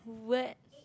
what